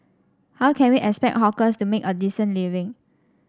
how can we expect hawkers to make a decent living